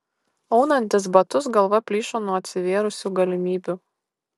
aunantis batus galva plyšo nuo atsivėrusių galimybių